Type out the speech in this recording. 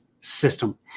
System